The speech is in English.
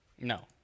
No